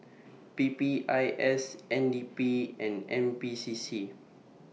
P P I S N D P and N P C C